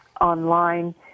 online